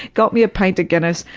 got me a pint of guinness,